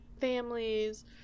families